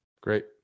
Great